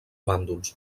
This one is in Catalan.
bàndols